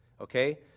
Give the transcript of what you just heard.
Okay